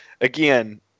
again